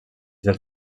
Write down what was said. del